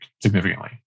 significantly